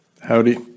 Howdy